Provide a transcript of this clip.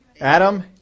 Adam